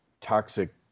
toxic